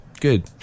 Good